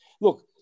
Look